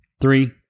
Three